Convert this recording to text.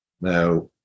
now